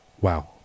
wow